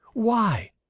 why?